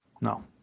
No